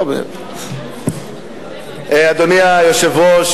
אדוני היושב-ראש,